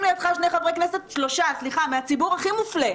לידך שלושה חברי כנסת מהציבור הכי מופלה.